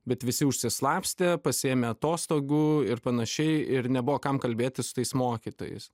bet visi išsislapstė pasiėmė atostogų ir panašiai ir nebuvo kam kalbėti su tais mokytojais